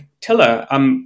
Tiller